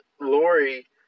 Lori